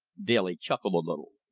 daly chuckled a little.